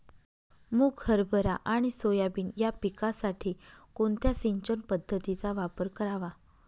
मुग, हरभरा आणि सोयाबीन या पिकासाठी कोणत्या सिंचन पद्धतीचा वापर करावा?